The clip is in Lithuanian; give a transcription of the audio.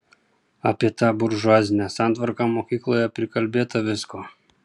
apie tą buržuazinę santvarką mokykloje prikalbėta visko